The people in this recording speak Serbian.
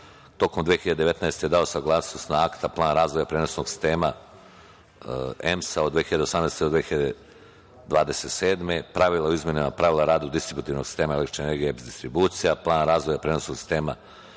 Tokom 2019. godine je dao saglasnost na akta plan razvoja prenosnog sistema EMS-a od 2018. do 2027. godine, pravila rada u distributivnom sistemu električne energije EPS distribucija, plan razvoja prenosnog sistema za